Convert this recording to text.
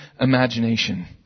imagination